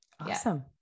awesome